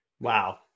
Wow